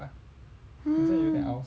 hmm